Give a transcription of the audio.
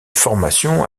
formation